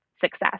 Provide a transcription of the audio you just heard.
success